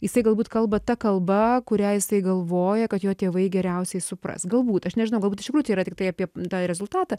jisai galbūt kalba ta kalba kurią jisai galvoja kad jo tėvai geriausiai supras galbūt aš nežinau galbūt iš tikrųjų čia yra tiktai apie tą rezultatą